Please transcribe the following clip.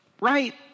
Right